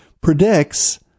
predicts